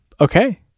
Okay